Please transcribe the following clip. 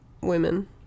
women